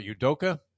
Udoka